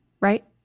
Right